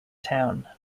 town